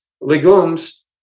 legumes